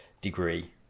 degree